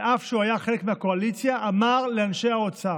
אף שהוא היה חלק מהקואליציה, אמר לאנשי האוצר: